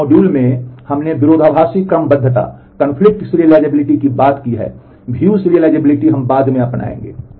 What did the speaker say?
इस मॉड्यूल में हमने विरोधाभासी की बात की है View serializability हम बाद में अपनाएँगे